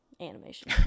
animation